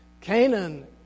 Canaan